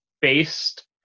based